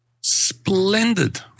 Splendid